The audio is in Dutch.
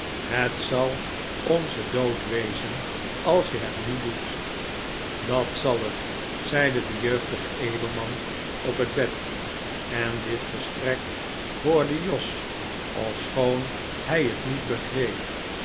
het zal onze dood wezen als je het niet doet dat zal het zeide de jeugdige edelman op het bed en dit gesprek hoorde jos ofschoon hij het niet begreep